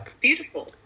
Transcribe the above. Beautiful